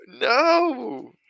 No